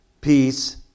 peace